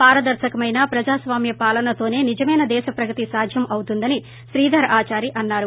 పారదర్చకమైన ప్రజాస్వామ్య పాలనతోనే నిజమైన దేశ ప్రగతి సాధ్యం అవుతుందని శ్రీధర్ ఆదారి అన్నారు